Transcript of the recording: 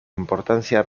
importancia